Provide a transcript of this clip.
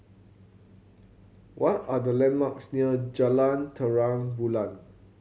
what are the landmarks near Jalan Terang Bulan